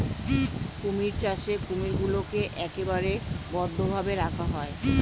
কুমির চাষে কুমিরগুলোকে একেবারে বদ্ধ ভাবে রাখা হয়